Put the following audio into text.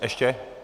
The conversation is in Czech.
Ještě?